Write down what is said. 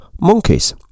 monkeys